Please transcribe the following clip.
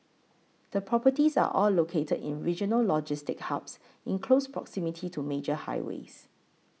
the properties are all located in regional logistics hubs in close proximity to major highways